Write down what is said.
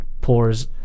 pours